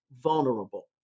vulnerable